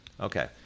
Okay